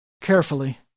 carefully